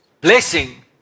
Blessing